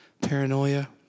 paranoia